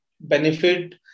benefit